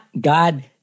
God